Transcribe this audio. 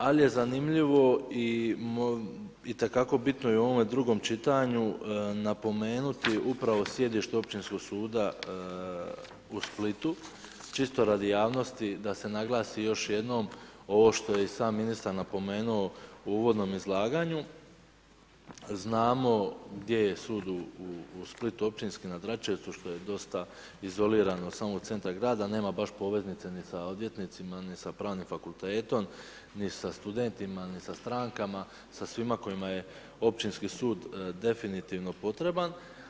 Ali, je zanimljivo itekako bitno i u ovome drugom čitanju, napomenuti upravo sjedište općinskog suda u Splitu čisto radi javnosti, da se naglasi još jednom, ovo što je i sam ministar napomenuo u uvodnom izlaganju, znamo gdje je sud u Splitu, općinski na … što je dosta izoliran od samog centra grada, nema baš poveznice ni sa odvjetnicima ni sa pravnim fakultetom, ni sa studentima, ni sa strankama, sa svima kojima je općinski sud definitivno potreban.